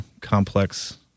complex